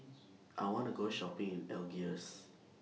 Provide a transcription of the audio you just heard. I want to Go Shopping in Algiers